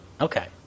Okay